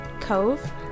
Cove